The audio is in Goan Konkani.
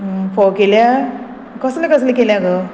फोव केल्या कसले कसले केल्या गो